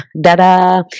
da-da